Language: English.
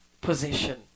position